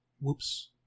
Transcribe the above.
Whoops